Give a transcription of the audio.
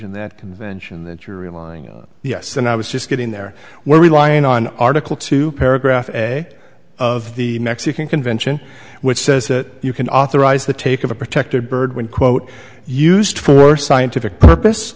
in that convention that you're in the us and i was just getting there we're relying on article two paragraph a of the mexican convention which says that you can authorize the take of a protected bird when quote used for scientific purpose